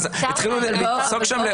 התחילו לצעוק שם,